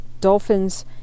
dolphins